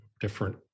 different